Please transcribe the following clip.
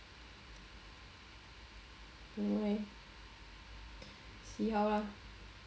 don't know leh see how ah